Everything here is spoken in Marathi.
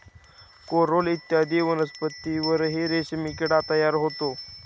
कोरल इत्यादी वनस्पतींवरही रेशीम किडा तयार होतो